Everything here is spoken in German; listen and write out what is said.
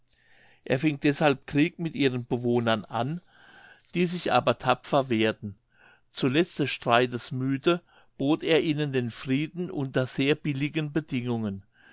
er fing deshalb krieg mit ihren bewohnern an die sich aber tapfer wehrten zuletzt des streites müde bot er ihnen den frieden unter sehr billigen bedingungen